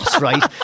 right